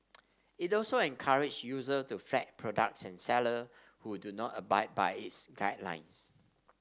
it also encourage user to flag products and seller who do not abide by its guidelines